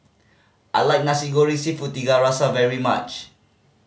I like Nasi Goreng Seafood Tiga Rasa very much